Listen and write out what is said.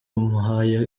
muhaye